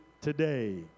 today